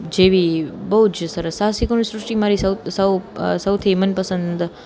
જેવી બહુ જ સરસ સાહસિકોની સૃષ્ટિ મારી સૌથી મનપસંદ